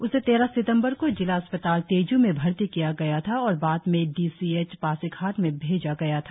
उसे तेरह सितंबर को जिला अस्पताल तेजू में भर्ती किया गया था और बाद में डी सी एच पासीघाट में भेजा गया था